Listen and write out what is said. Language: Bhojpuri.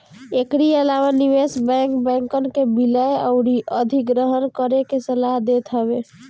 एकरी अलावा निवेश बैंक, बैंकन के विलय अउरी अधिग्रहण करे के सलाह देत हवे